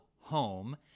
Home